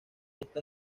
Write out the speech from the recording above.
esta